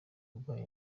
burwayi